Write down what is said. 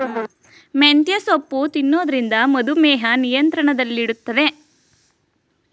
ಮೆಂತ್ಯೆ ಸೊಪ್ಪು ತಿನ್ನೊದ್ರಿಂದ ಮಧುಮೇಹ ನಿಯಂತ್ರಣದಲ್ಲಿಡ್ತದೆ